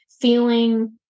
feeling